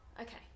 okay